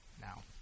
Now